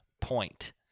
point